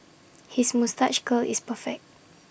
his moustache curl is perfect